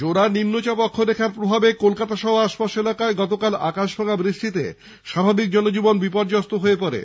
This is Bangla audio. জোড়া নিম্নচাপ অক্ষরেখার প্রভাবে কলকাতা সহ আশপাশ এলাকায় গতকাল আকাশ ভাঙা বৃষ্টিতে স্বাভাবিক জনজীবন বিপর্যস্ত হয়ে পড়ে